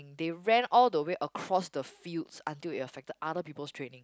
they ran all the way across the field until it affected other people's training